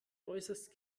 äußerst